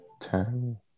ten